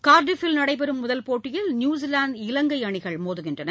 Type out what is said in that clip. கார்ட்டிப்பில் நடைபெறும் முதல் போட்டியில் நியூசிலாந்து இலங்கை அணிகள் மோதுகின்றன